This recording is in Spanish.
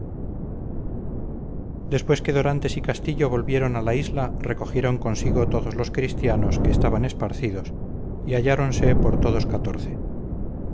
después que dorantes y castillo volvieron a la isla recogieron consigo todos los cristianos que estaban esparcidos y halláronse por todos catorce